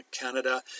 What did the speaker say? Canada